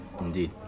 Indeed